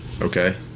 okay